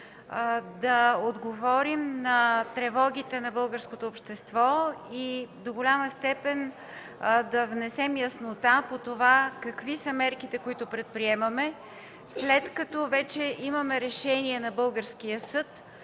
да отговорим на тревогите на българското общество и до голяма степен да внесем яснота по това какви са мерките, които предприемаме, след като вече имаме решение на българския съд,